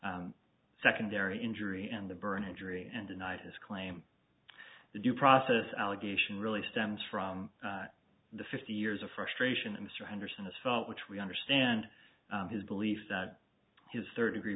secondary injury and the burn injury and denied his claim the due process allegation really stems from the fifty years of frustration at mr henderson is felt which we understand his belief that his third degree